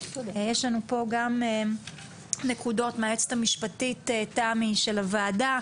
יש לנו פה גם תקנות מהיועצת המשפטית של הוועדה,